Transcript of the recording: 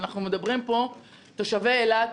אנחנו מדברים פה, תושבי אילת,